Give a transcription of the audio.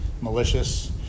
malicious